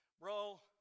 bro